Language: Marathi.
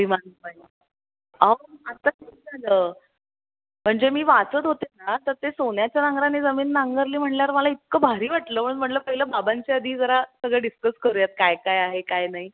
अभिमान पाहिजे अहो आत्ता म्हणजे मी वाचत होते ना तर ते सोन्याच्या नांगराने जमीन नांगरली म्हटल्यावर मला इतकं भारी वाटलं म्हणून म्हटलं पहिलं बाबांच्या अधी जरा सगळं डिस्कस करूयात काय काय आहे काय नाही